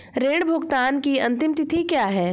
ऋण भुगतान की अंतिम तिथि क्या है?